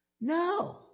No